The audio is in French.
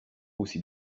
aussi